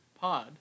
pod